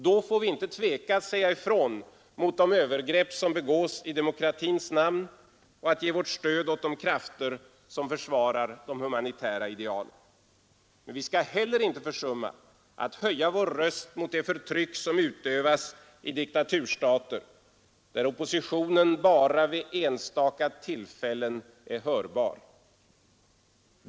Då får vi inte tveka att säga ifrån mot de övergrepp som begås i demokratins namn och att ge vårt stöd åt de krafter som försvarar de humanitära idealen. Men vi skall heller inte försumma att höja vår röst mot det förtryck som utövas i diktaturstater, där oppositionen bara vid enstaka tillfällen är hörbar.